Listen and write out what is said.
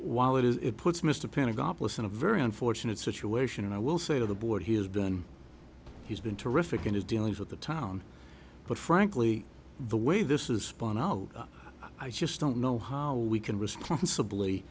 while it is it puts mr pedagog bliss in a very unfortunate situation and i will say to the board he has been he's been terrific in his dealings with the town but frankly the way this is fine out i just don't know how we can responsibly